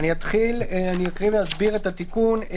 אני אקריא ואסביר את התיקון.